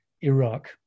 Iraq